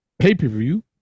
Pay-per-view